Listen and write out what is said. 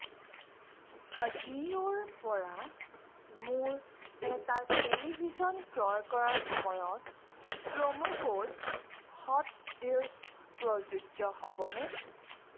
আজিঅ' ৰপৰা মোৰ এটা টেলিভিছন ক্ৰয় কৰাৰ সময়ত প্ৰম' কোড হটডিলছ প্ৰযোজ্য হ'বনে